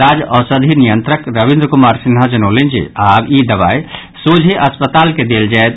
राज्य औषधि नियंत्रक रविन्द्र कुमार सिन्हा जनौलनि जे आब रेमडेसिविर सोझे अस्पताल के देल जायत